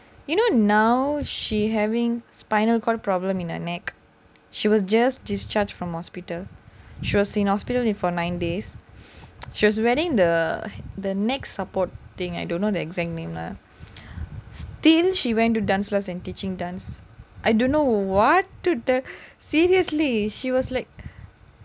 you know now she having spinal cord problem in her neck she was just discharged from hospital she was in hospital for nine days she was wearing the the neck support thing I don't know the exact name lah still she went to dance lesson teaching dance I don't know what to tell seriously she was like